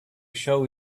show